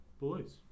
Boys